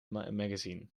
magazine